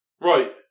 Right